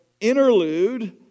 interlude